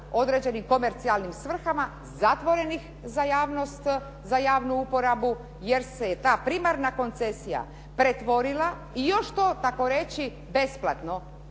određenim komercijalnim svrhama zatvorenih za javnost, za javnu uporabu jer se je ta primarna koncesija pretvorila i još to tako reći besplatno.